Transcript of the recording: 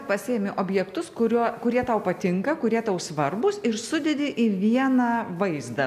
pasiimi objektus kurio kurie tau patinka kurie tau svarbūs ir sudedi į vieną vaizdą